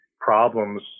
problems